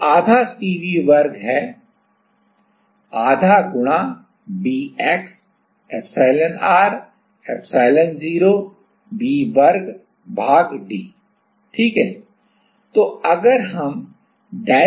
तो आधा CV वर्ग है आधा गुणा b x epsilonr epsilon0 V वर्ग भाग d है ठीक है